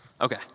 Okay